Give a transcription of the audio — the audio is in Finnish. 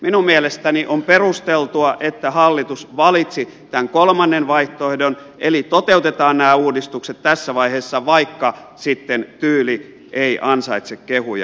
minun mielestäni on perusteltua että hallitus valitsi tämän kolmannen vaihtoehdon eli toteutetaan nämä uudistukset tässä vaiheessa vaikka sitten tyyli ei ansaitse kehuja